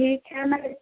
ठीक है मैं